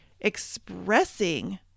expressing